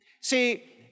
See